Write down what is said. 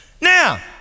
Now